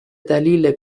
دلیل